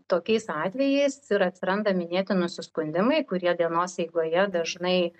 tokiais atvejais ir atsiranda minėti nusiskundimai kurie dienos eigoje dažnai